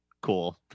cool